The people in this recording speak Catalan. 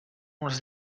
uns